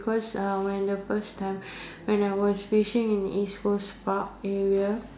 because uh when the first time when I was fishing in East Coast Park area